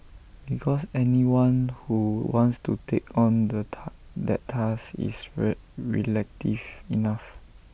because anyone who wants to take on the that task is re reflective enough